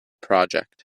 project